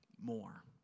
more